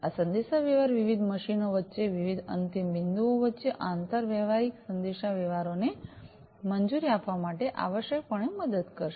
આ સંદેશાવ્યવહાર વિવિધ મશીનો વચ્ચે વિવિધ અંતિમ બિંદુઓ વચ્ચે આંતરવ્યવહારિક સંદેશાવ્યવહારને મંજૂરી આપવા માટે આવશ્યકપણે મદદ કરશે